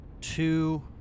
two